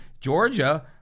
Georgia